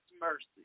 mercy